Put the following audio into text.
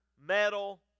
metal